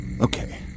Okay